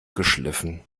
geschliffen